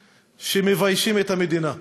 שמביישים את המדינה.